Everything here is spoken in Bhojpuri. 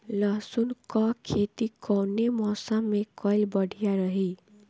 लहसुन क खेती कवने मौसम में कइल बढ़िया रही?